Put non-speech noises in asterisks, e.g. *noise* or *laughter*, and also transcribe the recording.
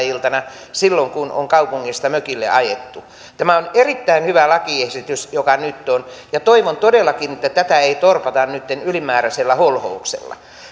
*unintelligible* iltana silloin kun on kaupungista mökille ajettu tämä on erittäin hyvä lakiesitys joka nyt on ja toivon todellakin että tätä ei torpata nytten ylimääräisellä holhouksella